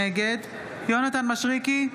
נגד יונתן מישרקי,